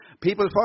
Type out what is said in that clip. People